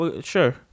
sure